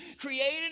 created